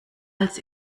als